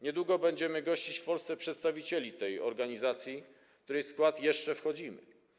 Niedługo będziemy gościć w Polsce przedstawicieli tej organizacji, w której skład jeszcze wchodzimy.